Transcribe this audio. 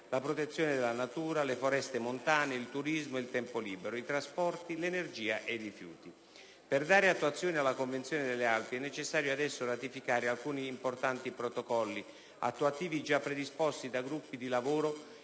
la protezione della natura, le foreste montane, il turismo e il tempo libero, i trasporti, l'energia e i rifiuti. Per dare attuazione alla Convenzione delle Alpi è necessario adesso ratificare alcuni importanti Protocolli attuativi già predisposti da gruppi di lavoro